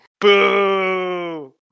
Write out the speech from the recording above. boo